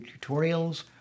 tutorials